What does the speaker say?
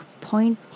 point